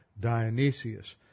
Dionysius